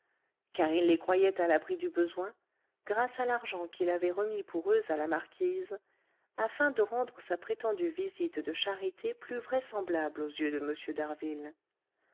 car il les croyait à l'abri du besoin grâce à l'argent qu'il avait remis pour eux à la marquise afin de rendre sa prétendue visite de charité plus vraisemblable aux yeux de